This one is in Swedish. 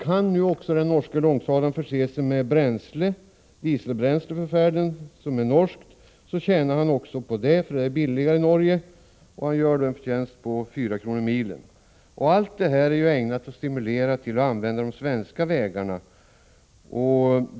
Kan den norska långtradaren också förse sig med norskt dieselbränsle för färden kan man även tjäna på det, för det är billigare i Norge. Man gör härmed en förtjänst på 4 kr. per mil. Allt detta är ägnat att stimulera till att använda de svenska vägarna.